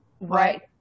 Right